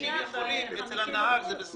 קשישים יכולים לקנות כרטיס מן הנהג, זה בסדר.